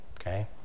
Okay